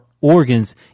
organs